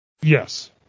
yes